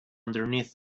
underneath